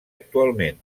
actualment